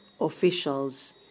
officials